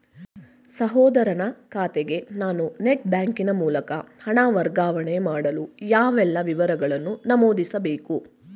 ಸಹೋದರನ ಖಾತೆಗೆ ನಾನು ನೆಟ್ ಬ್ಯಾಂಕಿನ ಮೂಲಕ ಹಣ ವರ್ಗಾವಣೆ ಮಾಡಲು ಯಾವೆಲ್ಲ ವಿವರಗಳನ್ನು ನಮೂದಿಸಬೇಕು?